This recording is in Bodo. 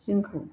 जोंखौ